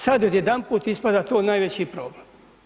Sad odjedanput ispada to najveći problem.